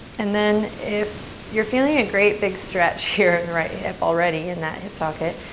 and then if you're feeling a great big stretch here in the right hip already in that hip socket,